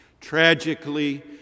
Tragically